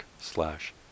slash